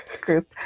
group